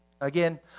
Again